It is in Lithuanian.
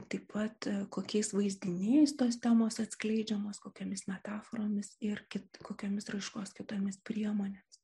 taip pat kokiais vaizdiniais tos temos atskleidžiamos kokiomis metaforomis ir kit kokiomis raiškos kitomis priemonėmis